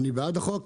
אני בעד החוק,